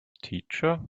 teacher